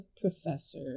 professor